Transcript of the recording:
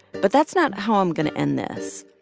but that's not how i'm going to end this.